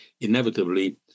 inevitably